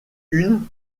une